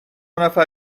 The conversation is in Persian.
نفر